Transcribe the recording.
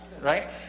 right